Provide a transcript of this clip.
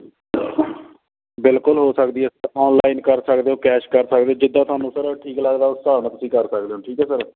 ਬਿਲਕੁਲ ਹੋ ਸਕਦੀ ਹੈ ਆਪਾਂ ਔਨਲਾਈਨ ਕਰ ਸਕਦੇ ਹੋ ਕੈਸ਼ ਕਰ ਸਕਦੇ ਹੋ ਜਿੱਦਾਂ ਤੁਹਾਨੂੰ ਸਰ ਠੀਕ ਲੱਗਦਾ ਉਸ ਹਿਸਾਬ ਨਾਲ ਤੁਸੀਂ ਕਰ ਸਕਦੇ ਹੋ ਠੀਕ ਹੈ ਸਰ